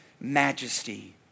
majesty